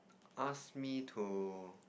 ask me to